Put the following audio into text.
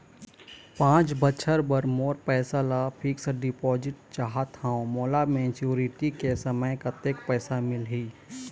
पांच बछर बर मोर पैसा ला फिक्स डिपोजिट चाहत हंव, मोला मैच्योरिटी के समय कतेक पैसा मिल ही?